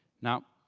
now,